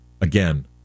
Again